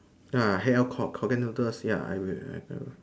ya hell clock Korean noodles ya I will I will